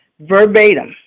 verbatim